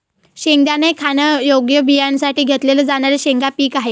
शेंगदाणा हे खाण्यायोग्य बियाण्यांसाठी घेतले जाणारे शेंगा पीक आहे